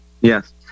yes